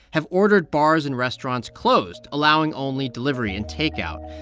have ordered bars and restaurants closed, allowing only delivery and takeout.